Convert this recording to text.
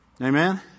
Amen